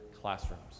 classrooms